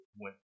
went